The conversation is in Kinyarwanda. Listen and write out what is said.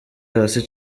hasi